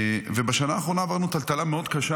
ובשנה האחרונה עברנו טלטלה מאוד קשה